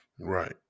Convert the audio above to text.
Right